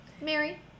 Mary